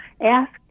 ask